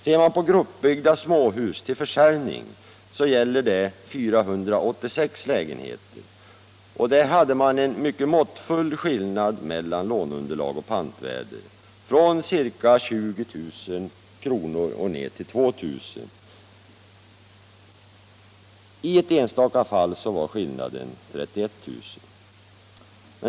Ser man på gruppbyggda småhus till försäljning gäller det 486 lägenheter. Där hade man en mycket måttfull skillnad mellan låneunderlag och pantvärde, från ca 20000 kr. till 2000 kr. I ett enstaka fall var skillnaden 31000 kr.